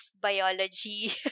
biology